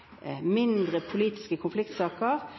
mindre politiske konfliktsaker,